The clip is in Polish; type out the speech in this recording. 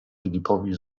filipowi